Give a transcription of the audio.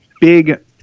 big